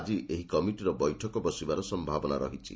ଆଜି ଏହି କମିଟିର ବୈଠକ ବସିବାର ସ୍ୟାବନା ରହିଛି